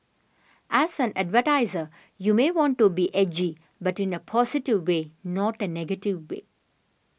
as an advertiser you may want to be edgy but in a positive way not a negative way